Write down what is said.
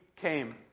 came